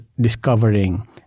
discovering